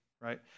right